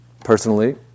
Personally